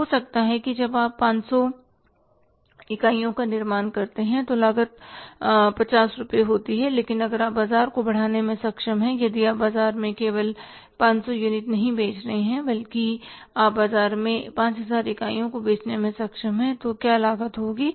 या हो सकता है जब आप पहले 500 यूनिट का निर्माण करते हैं तो लागत 50 रुपये होती है लेकिन अगर आप बाजार को बढ़ाने में सक्षम हैं यदि आप बाजार में केवल 500 यूनिट नहीं बेच रहे हैं बल्कि आप बाजार में 5000 इकाइयों को बेचने में सक्षम हैं तो क्या लागत होगी